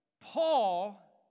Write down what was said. Paul